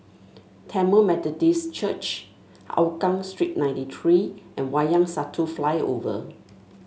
Tamil Methodist Church Hougang Street ninety three and Wayang Satu Flyover